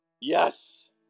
Yes